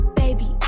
baby